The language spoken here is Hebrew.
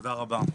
תודה רבה,